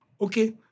okay